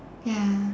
ya